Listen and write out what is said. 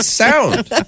sound